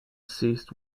ceased